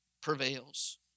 prevails